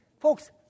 Folks